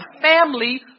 family